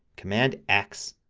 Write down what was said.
command x,